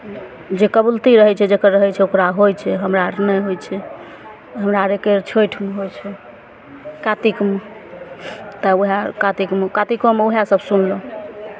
जे कबूलती रहै छै जकर रहै छै ओकरा होइ छै हमरा आर नहि होइ छै हमरा आरके छठिमे होइ छै कातिकमे तऽ उएह कातिकमे कातिकोमे उएहसभ सुनलहुँ